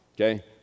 okay